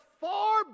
far